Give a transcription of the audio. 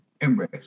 Embrace